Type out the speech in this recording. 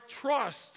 trust